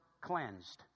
cleansed